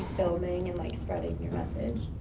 filming and like, spreading your message?